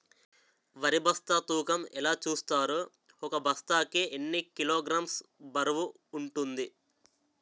వరి బస్తా తూకం ఎలా చూస్తారు? ఒక బస్తా కి ఎన్ని కిలోగ్రామ్స్ బరువు వుంటుంది?